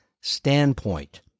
standpoint